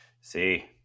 See